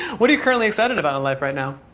what are you currently excited about in life right now?